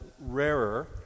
rarer